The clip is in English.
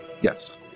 yes